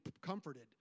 comforted